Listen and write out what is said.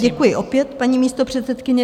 Děkuji opět, paní místopředsedkyně.